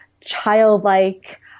childlike